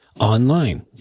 online